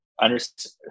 understand